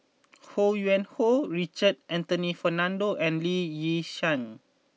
Ho Yuen Hoe Raymond Anthony Fernando and Lee Yi Shyan